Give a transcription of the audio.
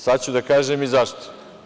Sada ću da kažem i zašto.